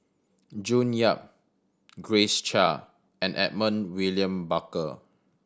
June Yap Grace Chia and Edmund William Barker